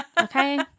okay